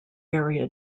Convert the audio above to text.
area